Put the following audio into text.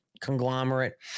conglomerate